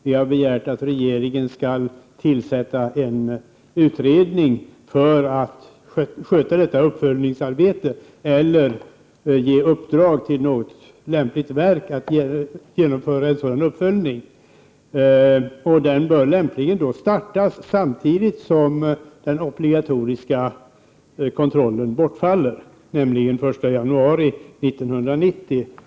Vi har begärt att regeringen skall tillsätta en utredning för att sköta detta uppföljningsarbete eller ge i uppdrag till något lämpligt verk att genomföra en sådan uppföljning. Den bör lämpligen starta samtidigt som den obligatoriska kontrollen tas bort, nämligen den 1 januari 1990.